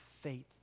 faith